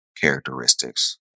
characteristics